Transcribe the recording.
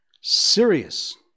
Sirius